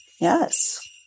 Yes